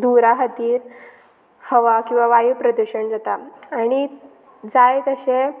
दूरा खातीर हवा किंवां वायू प्रदुशण जाता आनी जाय तशें